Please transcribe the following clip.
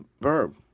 verb